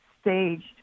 staged